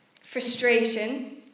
frustration